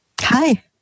Hi